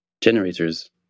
generators